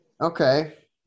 Okay